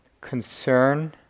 concern